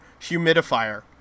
humidifier